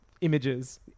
images